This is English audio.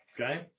Okay